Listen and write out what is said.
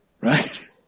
Right